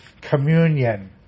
communion